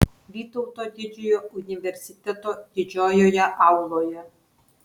vytauto didžiojo universiteto didžiojoje auloje